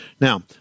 Now